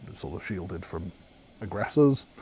but sort of, shielded from aggressors,